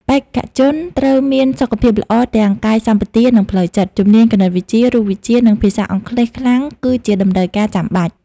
បេក្ខជនត្រូវមានសុខភាពល្អទាំងកាយសម្បទានិងផ្លូវចិត្ត។ ជំនាញគណិតវិទ្យា រូបវិទ្យា និងភាសាអង់គ្លេសខ្លាំងគឺជាតម្រូវការចាំបាច់។